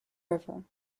river